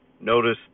Notice